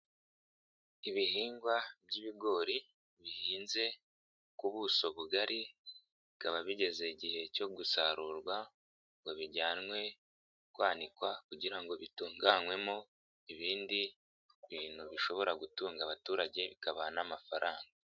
Ibihingwa by'ibigori bihinze ku buso bugari, bikaba bigeze igihe cyo gusarurwa ngo bijyanwe kwanikwa kugira ngo bitunganywemo ibindi bintu bishobora gutunga abaturage, bikabaha n'amafaranga.